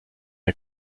der